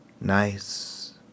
nice